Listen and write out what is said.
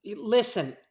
Listen